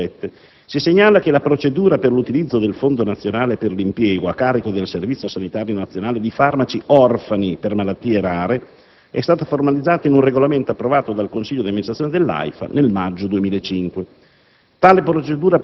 classi a) o b)». Si segnala che la procedura per l'utilizzo del fondo nazionale per l'impiego, a carico del Servizio sanitario nazionale, di farmaci orfani per malattie rare è stata formalizzata in un regolamento approvato dal consiglio di amministrazione dell'AIFA nel maggio 2005.